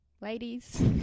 ladies